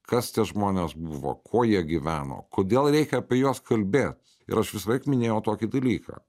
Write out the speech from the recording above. kas tie žmonės buvo kuo jie gyveno kodėl reikia apie juos kalbėt ir aš visąlaik minėjau tokį dalyką